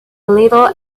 little